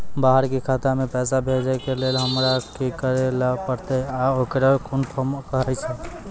बाहर के खाता मे पैसा भेजै के लेल हमरा की करै ला परतै आ ओकरा कुन फॉर्म कहैय छै?